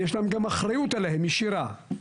ויש להם גם אחריות עליהם, ישירה.